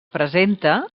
presenta